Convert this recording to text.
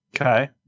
Okay